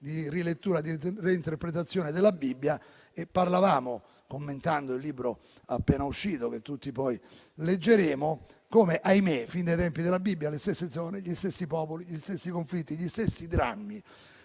una rilettura, una reinterpretazione della Bibbia e osservavamo, commentando quel libro che tutti poi leggeremo, come ahimè, fin dai tempi della Bibbia, le stesse zone, gli stessi popoli, gli stessi conflitti, gli stessi drammi